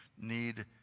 need